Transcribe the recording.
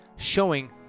showing